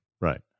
Right